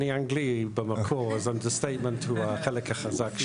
אני אנגלי במקור אז under statement הוא החלק החזק שלי.